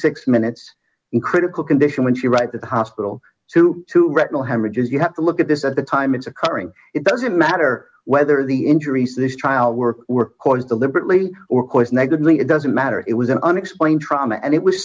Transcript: six minutes in critical condition when she right at the hospital two to retinal haemorrhage is you have to look at this at the time it's occurring it doesn't matter whether the injuries this trial were were called is deliberately or course negatively it doesn't matter it was an unexplained trauma and it was